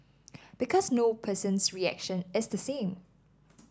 because no person's reaction is the same